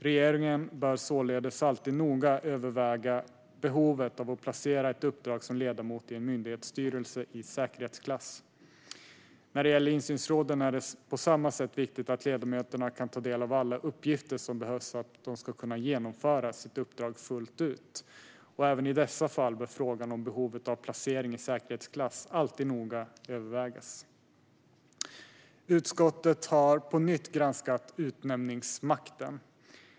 Regeringen bör således alltid noga överväga behovet av att placera ett uppdrag som ledamot i en myndighetsstyrelse i säkerhetsklass. När det gäller insynsråden är det på samma sätt viktigt att ledamöterna kan ta del av alla uppgifter som behövs för att de ska kunna genomföra sitt uppdrag fullt ut. Även i dessa fall bör frågan om behovet av placering i säkerhetsklass alltid noga övervägas. Utskottet har på nytt granskat utnämningsmakten.